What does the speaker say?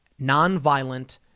nonviolent